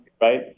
Right